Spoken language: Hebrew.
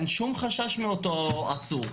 אין שום חשש מאותו עצור.